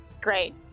Great